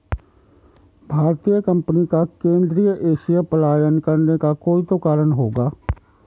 भारतीय कंपनी का केंद्रीय एशिया पलायन करने का कोई तो कारण होगा